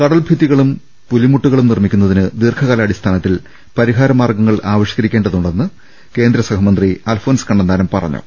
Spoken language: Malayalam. കടൽ ഭിത്തികളും പുലിമുട്ടുകളും നിർമ്മിക്കുന്നതിന് ദീർഘകാലാടിസ്ഥാനത്തിൽ പരിഹാര മാർഗ്ഗങ്ങൾ ആവിഷ്ക രിക്കേണ്ടതുണ്ടെന്ന് കേന്ദ്രസഹമന്ത്രി അൽഫോൺസ് കണ്ണ ന്താനം പറഞ്ഞു